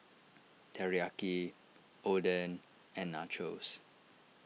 Teriyaki Oden and Nachos